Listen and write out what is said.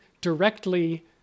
directly